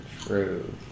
True